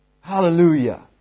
Hallelujah